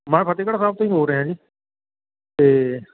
ਮੈਂ ਫਤਿਹਗੜ੍ਹ ਸਾਹਿਬ ਤੋਂ ਹੀ ਬੋਲ ਰਿਹਾਂ ਜੀ ਅਤੇ